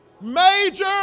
major